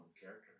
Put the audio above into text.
character